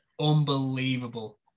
unbelievable